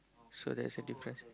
so that's a difference